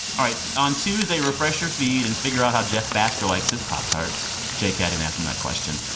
all right, on tuesday, refresh your feed and figure out how jeff bhasker likes his pop-tarts j k i didn't ask him that question.